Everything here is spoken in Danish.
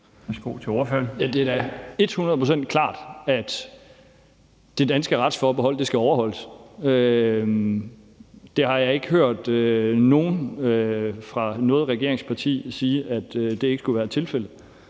procent klart, at det danske retsforbehold skal overholdes. Det har jeg ikke hørt nogen fra noget regeringsparti sige ikke skulle være tilfældet.